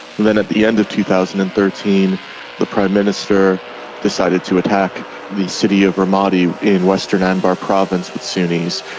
and then at the end of two thousand and thirteen the prime minister decided to attack the city of ramadi in western anbar province with sunnis,